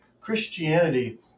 Christianity